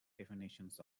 definitions